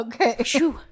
Okay